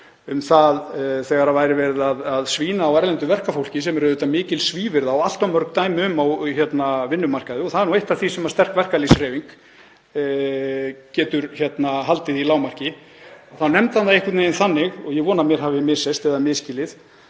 um það þegar væri verið að svína á erlendu verkafólki, sem er auðvitað mikil svívirða og allt of mörg dæmi um á vinnumarkaði og er eitt af því sem sterk verkalýðshreyfing getur haldið í lágmarki. Þá nefndi hann það einhvern veginn þannig, og ég vona að mér hafi misheyrst eða ég hafi